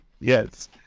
Yes